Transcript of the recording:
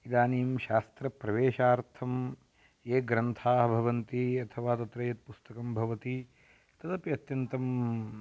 इदानीं शास्त्रप्रवेशार्थं ये ग्रन्थाः भवन्ति अथवा तत्र यत् पुस्तकं भवति तदपि अत्यन्तं